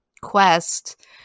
quest